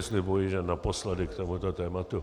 Slibuji, že naposledy k tomuto tématu.